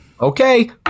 Okay